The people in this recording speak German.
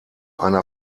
einer